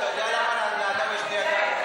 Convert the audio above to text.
אתה שמח על התוצאה של הבעד למרות שהצבעתם נגד.